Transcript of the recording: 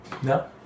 No